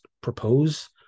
propose